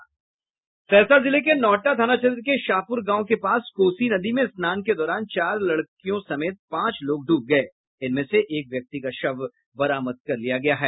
सहरसा जिले के नौहट्टा थाना क्षेत्र के शाहपुर गांव के पास कोसी नदी में स्नान के दौरान चार लड़कियों समेत पांच लोग डूब गये जिनमें से एक व्यक्ति का शव बरामद कर लिया गया है